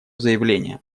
заявление